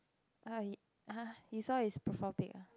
[huh] you saw his profile pic ah